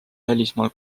välismaal